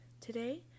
Today